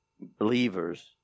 believers